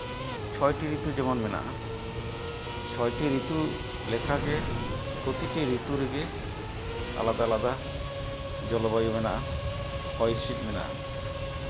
ᱪᱷᱚᱭᱴᱤ ᱨᱤᱛᱩ ᱡᱮᱢᱚᱱ ᱢᱮᱱᱟᱜᱼᱟ ᱪᱷᱚᱭᱴᱤ ᱨᱤᱛᱩ ᱞᱮᱠᱟᱜᱮ ᱯᱨᱚᱛᱤᱴᱤ ᱨᱤᱛᱩ ᱨᱮᱜᱮ ᱟᱞᱟᱫᱟ ᱟᱞᱟᱫᱟ ᱡᱚᱞᱚᱵᱟᱭᱩ ᱢᱮᱱᱟᱜᱼᱟ ᱦᱚᱭ ᱦᱤᱸᱥᱤᱫ ᱢᱮᱱᱟᱜᱼᱟ